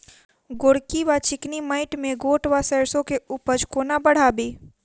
गोरकी वा चिकनी मैंट मे गोट वा सैरसो केँ उपज कोना बढ़ाबी?